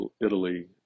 Italy